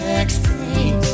explain